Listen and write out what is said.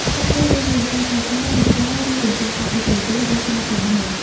ក្នុងនោះរួមមានការចរចា លុបចោល ឬបញ្ជាក់ការដឹកជញ្ជូន ដោះស្រាយបញ្ហា។